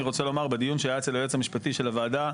אני רוצה לומר שבדיון שהיה אצל היועץ המשפטי של הוועדה,